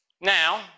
Now